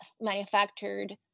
manufactured